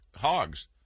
hogs